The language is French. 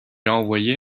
envoyé